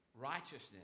righteousness